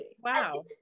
Wow